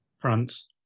France